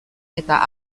eta